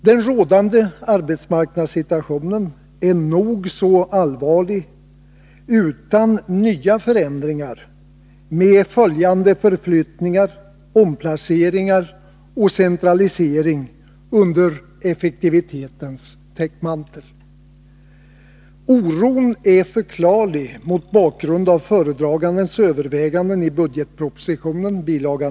Den rådande arbetsmarknadssituationen är nog så allvarlig utan nya förändringar med följande förflyttningar, omplaceringar och centralisering under effektivitetens täckmantel. Oron är förklarlig, mot bakgrund av föredragandens övervägande i bil.